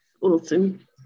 awesome